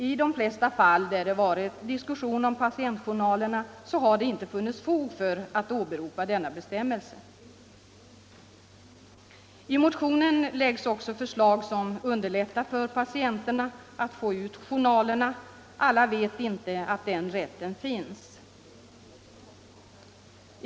I de flesta fall där det varit diskussion om utlämnade patientjournaler har det inte funnits fog för att åberopa denna bestämmelse. I motionen läggs också fram förslag som skulle underlätta för patienterna att få ut journalerna. Alla vet inte att den rätten finns.